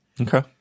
Okay